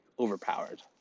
overpowered